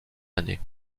années